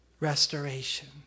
restoration